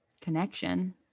connection